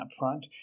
upfront